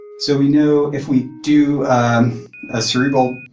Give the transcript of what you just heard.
so we know if we do a cerebral,